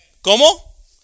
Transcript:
¿Cómo